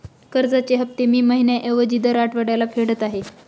कर्जाचे हफ्ते मी महिन्या ऐवजी दर आठवड्याला फेडत आहे